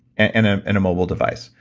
and um and a mobile device.